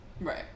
right